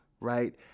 right